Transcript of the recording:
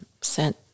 sent